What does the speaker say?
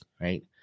Right